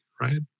right